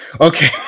Okay